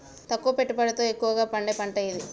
తక్కువ పెట్టుబడితో ఎక్కువగా పండే పంట ఏది?